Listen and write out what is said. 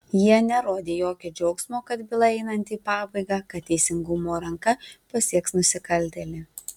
jie nerodė jokio džiaugsmo kad byla einanti į pabaigą kad teisingumo ranka pasieks nusikaltėlį